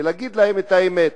ולהגיד להם את האמת,